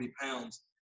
pounds